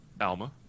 Alma